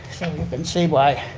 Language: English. so you can see why